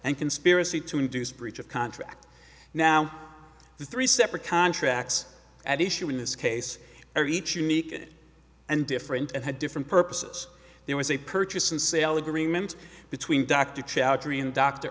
and conspiracy to induce breach of contract now the three separate contracts at issue in this case are each unique and different and had different purposes there was a purchase and sale agreement between doctor